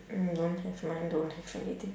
mm don't have mine don't have anything